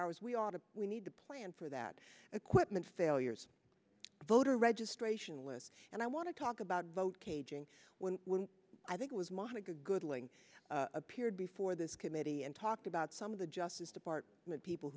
hours we ought to we need to plan for that equipment failures voter registration list and i want to talk about vote caging when when i think it was monica goodling appeared before this committee and talked about some of the justice department people